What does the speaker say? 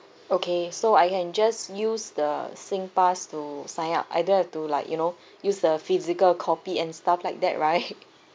okay so I can just use the singpass to sign up I don't have to like you know use the physical copy and stuff like that right